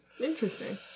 Interesting